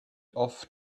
off